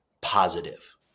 positive